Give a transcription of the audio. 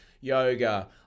yoga